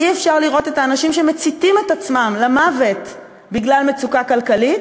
אי-אפשר לראות את האנשים שמציתים את עצמם למוות בגלל מצוקה כלכלית,